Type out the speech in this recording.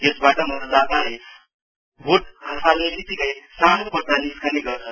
यसबाट मतदाताले भोट खसाल्ने वित्तिकै सानो पर्चा निस्कने गर्छ